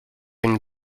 une